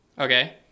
okay